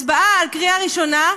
הצבעה על קריאה ראשונה,